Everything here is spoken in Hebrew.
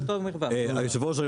יושב הראש,